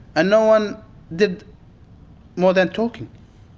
and no one did more than talking.